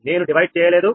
నేను విభజన చేయలేదు